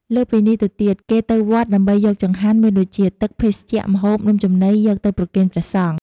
លើសពីនេះទៅទៀត គេទៅវត្តដើម្បីយកចង្ហាន់មានដូចជា ទឹក ភេសជ្ជៈ ម្ហួប នំចំណី យកទៅប្រគេនព្រះសង្ឃ។